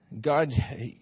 God